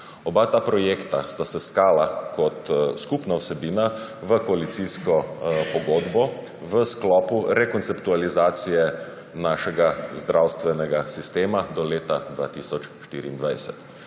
Oba projekta sta se stkala kot skupna vsebina v koalicijsko pogodbo v sklopu rekonceptualizacije našega zdravstvenega sistema do leta 2024.